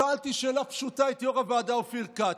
שאלתי שאלה פשוטה את יו"ר הוועדה אופיר כץ.